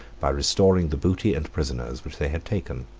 by restoring the booty and prisoners which they had taken.